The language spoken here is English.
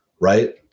right